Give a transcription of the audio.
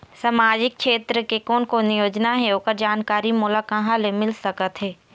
सामाजिक क्षेत्र के कोन कोन योजना हे ओकर जानकारी मोला कहा ले मिल सका थे?